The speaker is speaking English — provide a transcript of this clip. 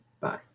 Bye